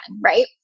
Right